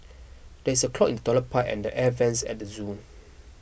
there is a clog in the Toilet Pipe and the Air Vents at the zoo